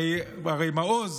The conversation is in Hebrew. הרי מעוז